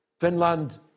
Finland